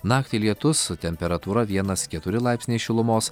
naktį lietus temperatūra vienas keturi laipsniai šilumos